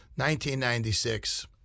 1996